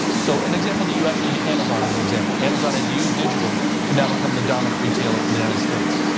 so an example in the us would be amazon is an example. amazon has used digital to now become the dominant retailer in the united states.